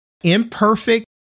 imperfect